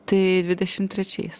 tai dvidešimt trečiais